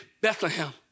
Bethlehem